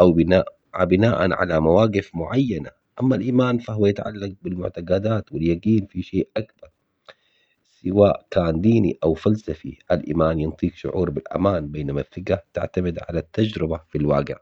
أو بناء بناءً على مواقف معينة أما الإيمان فهو يتعلق بالمعتقدات واليقين في شيء أكبر، سواء كان ديني أو فلسفي الإيمان ينطي شعور بالأمان بينما الثقة تعتمد على التجربة في الواقع.